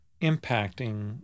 impacting